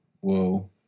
Whoa